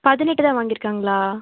பதினெட்டு தான் வாங்கியிருக்காங்களா